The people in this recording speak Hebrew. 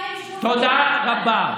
תודה רבה.